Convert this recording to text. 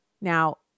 Now